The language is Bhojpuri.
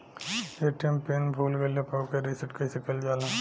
ए.टी.एम पीन भूल गईल पर ओके रीसेट कइसे कइल जाला?